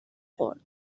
خورد